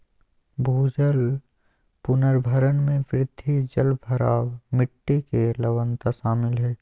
भूजल पुनर्भरण में वृद्धि, जलभराव, मिट्टी के लवणता शामिल हइ